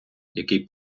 який